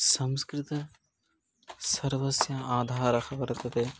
संस्कृतं सर्वस्य आधारः वर्तते